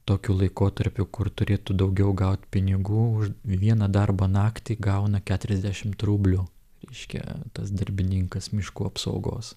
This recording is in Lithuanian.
tokiu laikotarpiu kur turėtų daugiau gaut pinigų už vieną darbo naktį gauna keturiasdešimt rublių reiškia tas darbininkas miškų apsaugos